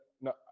no